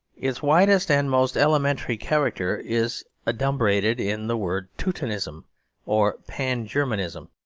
its widest and most elementary character is adumbrated in the word teutonism or pan-germanism